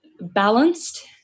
balanced